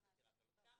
מידע --- אוקיי.